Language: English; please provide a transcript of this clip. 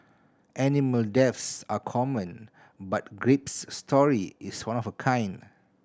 animal deaths are common but Grape's story is one of a kind